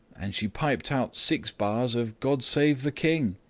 and she piped out six bars of god save the king.